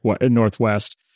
Northwest